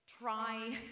try